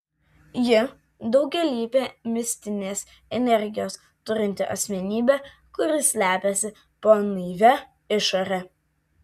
ji daugialypė mistinės energijos turinti asmenybė kuri slepiasi po naivia išore